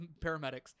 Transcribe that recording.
paramedics